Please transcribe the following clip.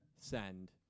send